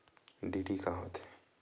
DD का होथे?